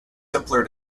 simpler